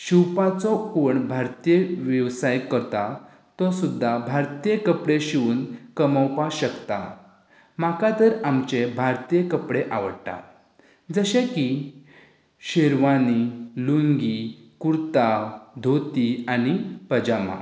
शिंवपाचो पूण भारतीय वेवसाय करता तो सुद्दां भारतीय कपडे शिवन कमोवपा शकता म्हाका तर आमचें भारतीय कपडे आवडटा जशें की शेरवानी लुंगी कुर्ता धोती आनी पजामा